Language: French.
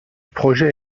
projet